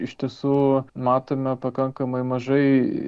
iš tiesų matome pakankamai mažai